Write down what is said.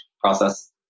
process